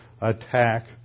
attack